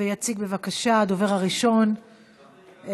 מס' 11605,